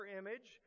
image